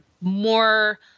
more